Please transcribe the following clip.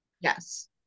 yes